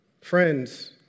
Friends